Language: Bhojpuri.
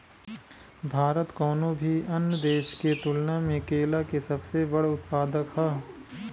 भारत कउनों भी अन्य देश के तुलना में केला के सबसे बड़ उत्पादक ह